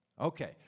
Okay